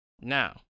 Now